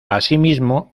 asimismo